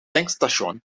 tankstation